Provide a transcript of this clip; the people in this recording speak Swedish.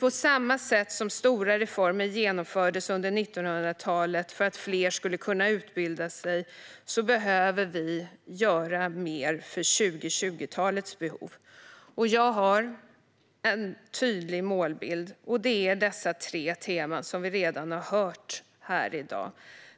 På samma sätt som stora reformer genomfördes under 1900-talet för att fler skulle kunna utbilda sig behöver vi göra mer för 2020-talets behov. Jag har en tydlig målbild. Det gäller de tre teman som vi redan har hört om här i dag.